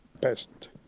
best